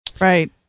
right